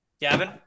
Gavin